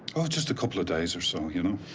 oh, just a couple of days or so, you know?